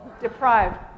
Deprived